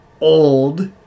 old